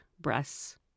breasts